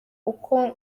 uko